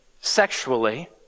sexually